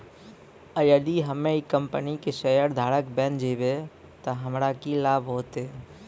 यदि हम्मै ई कंपनी के शेयरधारक बैन जैबै तअ हमरा की लाभ होतै